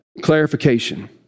clarification